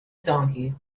donkey